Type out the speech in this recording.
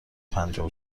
پنجاه